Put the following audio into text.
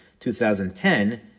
2010